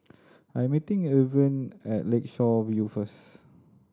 I am meeting Irven at Lakeshore View first